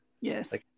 Yes